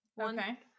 Okay